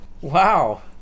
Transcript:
Wow